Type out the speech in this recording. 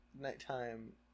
nighttime